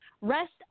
rest